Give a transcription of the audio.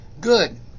Good